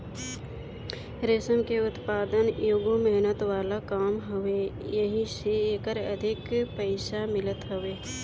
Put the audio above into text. रेशम के उत्पदान एगो मेहनत वाला काम हवे एही से एकर अधिक पईसा मिलत हवे